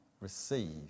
receive